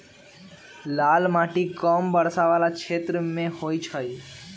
लाल माटि कम वर्षा वला क्षेत्र सभमें होइ छइ